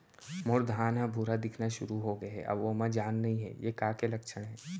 मोर धान ह भूरा दिखना शुरू होगे हे अऊ ओमा जान नही हे ये का के लक्षण ये?